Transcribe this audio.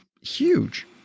huge